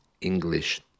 English